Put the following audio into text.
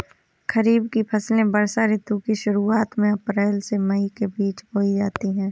खरीफ की फसलें वर्षा ऋतु की शुरुआत में अप्रैल से मई के बीच बोई जाती हैं